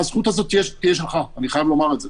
והזכות הזאת תהיה שלך, אני חייב לומר את זה.